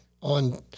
on